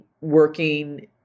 working